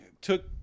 took